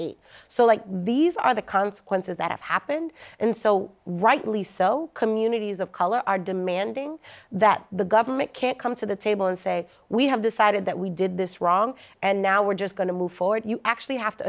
eight so like these are the consequences that have happened and so rightly so communities of color are demanding that the government can't come to the table and say we have decided that we did this wrong and now we're just going to move forward you actually have to